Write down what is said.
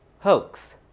Hoax